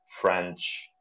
French